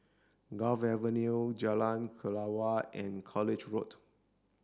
Gul Avenue Jalan Kelawar and College Road